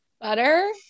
Butter